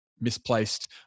misplaced